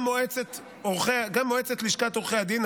גם מועצת לשכת עורכי הדין,